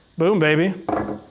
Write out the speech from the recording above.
boom, baby.